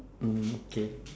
mm K